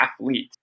athlete